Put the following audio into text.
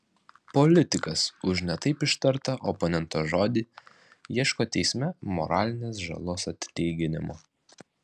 politikas už ne taip ištartą oponento žodį ieško teisme moralinės žalos atlyginimo